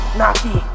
naki